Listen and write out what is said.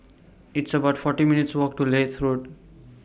It's about forty minutes' Walk to Leith Road